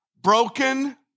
broken